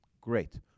Great